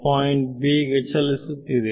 point b ಗೆ ಚಲಿಸುತ್ತಿದೆ